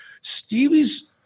Stevie's